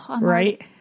Right